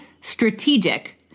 strategic